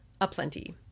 aplenty